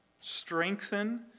strengthen